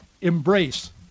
embrace